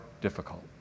difficult